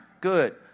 good